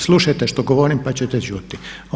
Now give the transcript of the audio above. Slušajte što govorim pa ćete čuti.